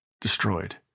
destroyed